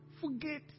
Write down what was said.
forget